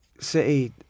City